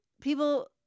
people